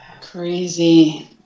Crazy